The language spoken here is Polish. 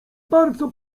bardzo